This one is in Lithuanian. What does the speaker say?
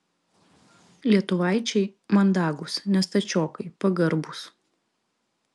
lietuvaičiai mandagūs ne stačiokai pagarbūs